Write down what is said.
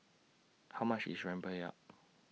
How much IS Rempeyek